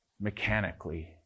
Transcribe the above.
mechanically